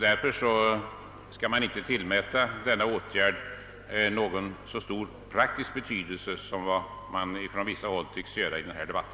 Därför skall man inte tillmäta denna åtgärd så stor praktisk betydelse som vissa tycks göra i denna debatt.